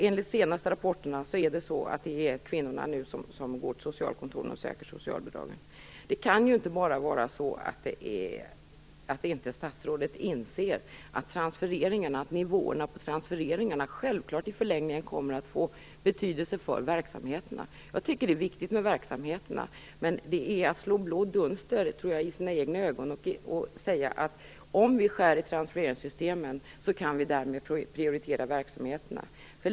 Enligt de senaste rapporterna är det nu kvinnorna som går till socialkontoren och söker socialbidrag. Det kan inte bara vara så att statsrådet inte inser att nivåerna på transfereringarna i förlängningen kommer att få betydelse för verksamheterna. Jag tycker att det är viktigt med verksamheterna, men det är att slå blå dunster i sina egna ögon att säga att vi genom att skära i transfereringssystemen kan prioritera verksamheterna.